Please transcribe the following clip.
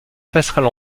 passerelle